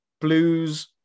Blues